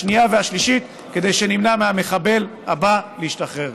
השנייה והשלישית, כדי שנמנע מהמחבל הבא להשתחרר.